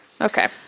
Okay